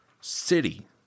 city